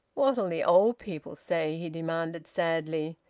what'll the old people say? he demanded sadly.